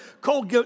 Cole